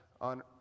on